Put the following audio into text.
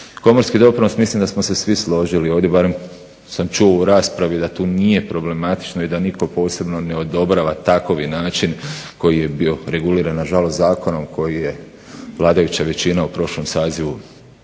Komorski doprinos mislim da smo se svi služili, ovdje barem u raspravi sam čuo da tu nije problematično i da nitko posebno ne odobrava takovi način koji je bio reguliran nažalost zakonom koji je vladajuća većina u prošlom sazivu